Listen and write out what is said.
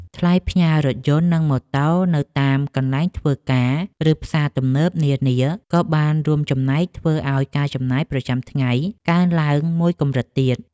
ថ្លៃផ្ញើរថយន្តនិងម៉ូតូនៅតាមកន្លែងធ្វើការ ឬផ្សារទំនើបនានាក៏បានរួមចំណែកធ្វើឱ្យការចំណាយប្រចាំថ្ងៃកើនឡើងមួយកម្រិតទៀត។